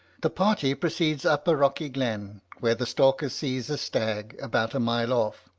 the party proceeds up a rocky glen, where the stalker sees a stag about a mile off.